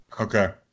Okay